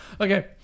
Okay